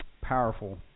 Powerful